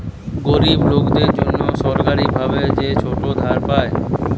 গরিব লোকদের জন্যে সরকারি ভাবে যে ছোট ধার পায়